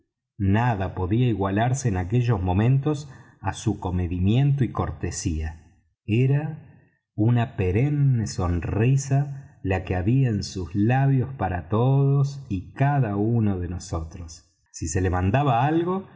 nada podía igualarse en aquellos momentos á su comedimiento y cortesía era una perenne sonrisa la que había en sus labios para todos y cada uno de nosotros si se le mandaba algo